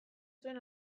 zuen